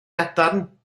gadarn